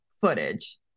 footage